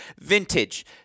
vintage